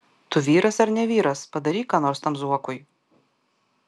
tu vyras ar ne vyras padaryk ką nors tam zuokui